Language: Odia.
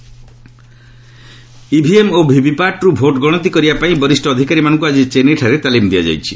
ଇସିଆଇ ଟ୍ରେନିଂ ଇଭିଏମ୍ ଓ ଭିଭିପାଟ୍ରୁ ଭୋଟ୍ ଗଣତି କରିବା ପାଇଁ ବରିଷ ଅଧିକାରୀମାନଙ୍କୁ ଆଜି ଚେନ୍ନାଇଠାରେ ତାଲିମ୍ ଦିଆଯାଇଛି